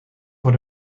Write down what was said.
voor